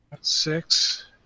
six